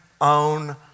own